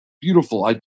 Beautiful